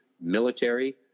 military